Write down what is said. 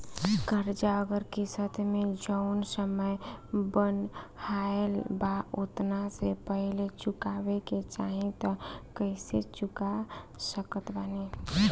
कर्जा अगर किश्त मे जऊन समय बनहाएल बा ओतना से पहिले चुकावे के चाहीं त कइसे चुका सकत बानी?